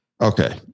Okay